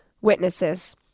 witnesses